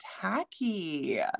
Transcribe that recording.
tacky